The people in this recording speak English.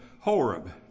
Horeb